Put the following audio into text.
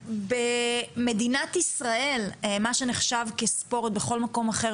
במדינת ישראל מה שנחשב כספורט בכל מקום אחר